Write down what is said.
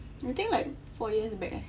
I think like four years back eh